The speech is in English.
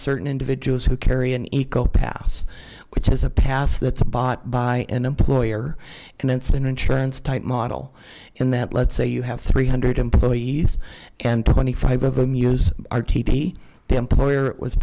certain individuals who carry an eco pass which is a path that's bought by an employer and it's an insurance type model in that let's say you have three hundred employees and twenty five of them use rtd the employer was